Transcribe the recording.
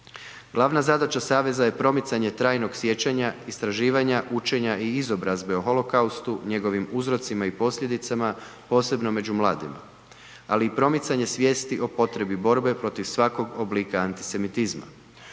Glavna zadaća saveza je promicanje trajnog sjećanja, istraživanja, učenja i izobrazbe o holokaustu njegovim uzorcima i posljedicama posebno među mladima, ali i promicanje svijesti o potrebi borbe protiv svakog oblika antisemitizma.